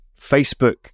Facebook